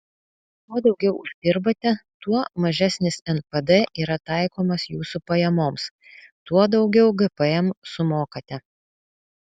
kuo daugiau uždirbate tuo mažesnis npd yra taikomas jūsų pajamoms tuo daugiau gpm sumokate